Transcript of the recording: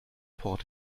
port